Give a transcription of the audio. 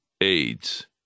AIDS